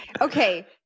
okay